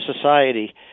society